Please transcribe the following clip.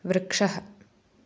वृक्षः